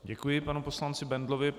Děkuji panu poslanci Bendlovi.